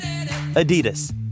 Adidas